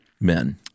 men